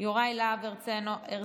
יוראי להב הרצנו,